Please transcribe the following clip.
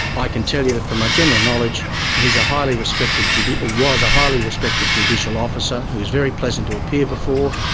i can tell you that from my general knowledge he's a highly respected, was a highly respected judicial officer. he was very pleasant to appear before.